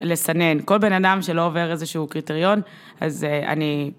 לסנן כל בן אדם שלא עובר איזשהו קריטריון אז אני